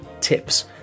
tips